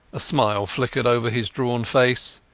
a smile flickered over his drawn face.